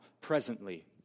presently